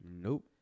Nope